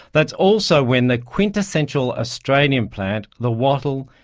that's also when that quintessential australian plant, the wattle,